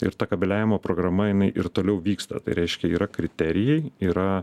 ir ta kabeliavimo programa jinai ir toliau vyksta tai reiškia yra kriterijai yra